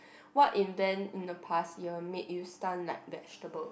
what in then in the past year make you stunned like vegetable